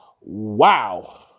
Wow